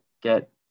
Get